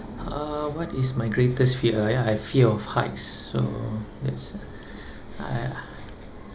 uh what is my greatest fear I I fear of heights so that's I